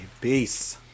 Peace